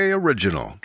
original